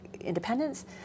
independence